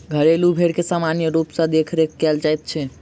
घरेलू भेंड़ के सामान्य रूप सॅ देखरेख कयल जाइत छै